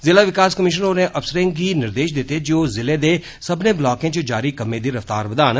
ज़िला विकास कमीशनर होरें अफसरें गी निर्देश दिते जे ओ ज़िले दे सब्बने ब्लाकें च जारी कम्में दी रफ्तार बदान